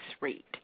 rate